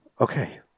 Okay